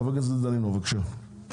חבר הכנסת דנינו, בבקשה.